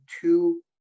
two